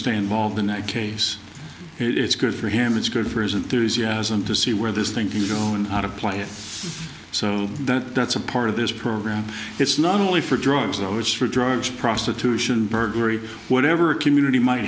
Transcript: stay involved in that case it's good for him it's good for his enthusiasm to see where this thing can go and how to play it so that that's a part of this program it's not only for drugs i was for drugs prostitution burglary whatever a community might